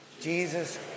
Jesus